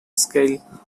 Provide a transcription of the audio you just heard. scale